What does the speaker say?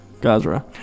Gazra